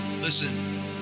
listen